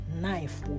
knife